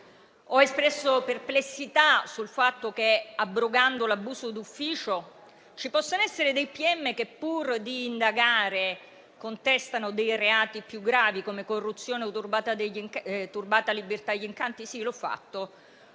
Ho espresso perplessità sul fatto che, abrogando l'abuso d'ufficio, ci possano essere dei pm che, pur di indagare, contestano dei reati più gravi, come corruzione o turbata libertà degli incanti? Sì, l'ho fatto.